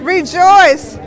Rejoice